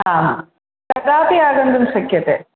हा कदापि आगन्तुं शक्यते